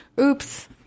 Oops